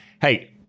hey